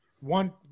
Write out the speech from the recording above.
one